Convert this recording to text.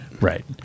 Right